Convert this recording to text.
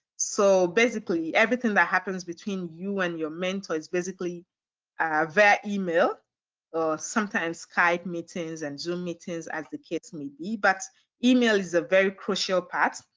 so basically everything that happens between you and your mentor is basically via email or sometimes skype meetings and zoom meetings as the case may be, but email is a very crucial part.